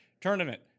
tournament